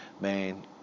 man